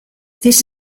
this